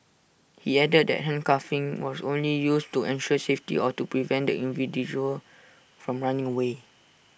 he added that handcuffing was only used to ensure safety or to prevent the from running away